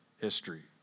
history